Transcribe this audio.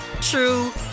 true